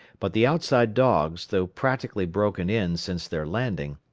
but the outside dogs, though practically broken in since their landing,